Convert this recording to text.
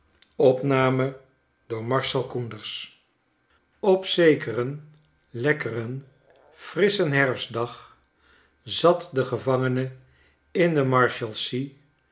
op zekeren lekkeren frisschen herfstdag zat de gevangene in de marshalsea